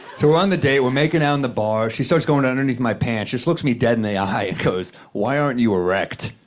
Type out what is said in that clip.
so, we're on the date, we're making out in the bar. she starts going underneath my pants, just looks me dead in the eye and goes, why aren't you erect?